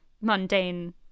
mundane